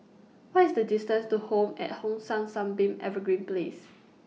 What IS The distance to Home At Hong San Sunbeam Evergreen Place